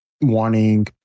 wanting